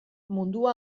mundua